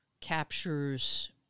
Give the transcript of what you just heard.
captures